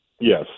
Yes